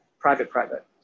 private-private